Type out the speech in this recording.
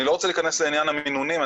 אני לא רוצה להכנס לעניין המינונים,